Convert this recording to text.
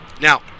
now